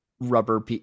rubber